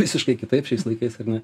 visiškai kitaip šiais laikais ar ne